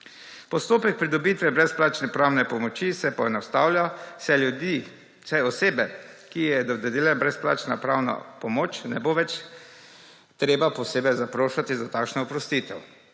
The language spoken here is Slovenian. Postopek pridobitve brezplačne pravne pomoči se poenostavlja, saj osebi, ki ji je dodeljena brezplačna pravna pomoč, ne bo več treba posebej zaprošati za takšno oprostitev.